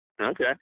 Okay